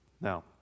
Now